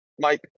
Mike